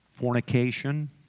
Fornication